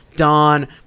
Don